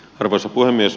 arvoisa puhemies